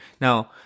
Now